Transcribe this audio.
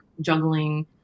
juggling